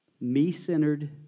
me-centered